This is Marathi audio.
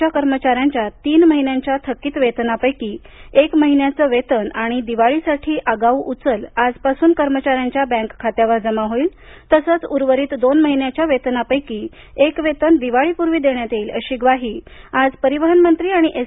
च्या कर्मचाऱ्यांच्या तीन महिन्यांच्या थकीत वेतनापैकी एक महिन्याचे वेतन आणि दिवाळीसाठी आगाऊ उचल आजपासून कर्मचाऱ्यांच्या बँक खात्यावर जमा होईल तसंच उर्वरित दोन महिन्याच्या वेतनापैकी एक वेतन दिवाळीपूर्वी देण्यात येईल अशी ग्वाही आज परिवहन मंत्री आणि एस